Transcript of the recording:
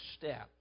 step